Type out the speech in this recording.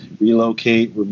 relocate